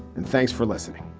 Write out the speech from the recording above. and thanks for listening